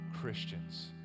Christians